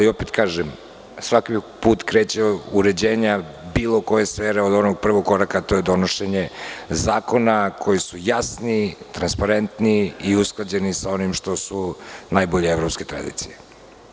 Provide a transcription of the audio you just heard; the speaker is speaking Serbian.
Opet kažem, svaki put kreće uređenja bilo koje sfere od onog prvog koraka, a to je donošenje zakona koji su jasni, transparentni i usklađeni sa onim što su najbolje evropske tradicije.